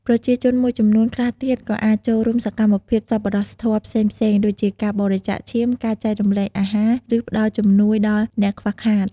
ប្រជាជនមួយចំនួនខ្លះទៀត ក៏អាចចូលរួមសកម្មភាពសប្បុរសធម៌ផ្សេងៗ ដូចជាការបរិច្ចាគឈាម ការចែករំលែកអាហារ ឬផ្ដល់ជំនួយដល់អ្នកខ្វះខាត។